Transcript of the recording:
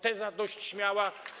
Teza dość śmiała.